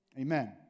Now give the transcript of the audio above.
Amen